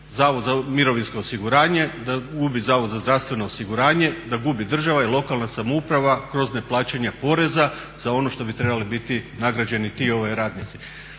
Zavod za mirovinsko osiguranje, da gubi Zavod za zdravstveno osiguranje, da gubi država i lokalna samouprava kroz neplaćanje poreza za ono što bi trebali biti nagrađeni ti radnici.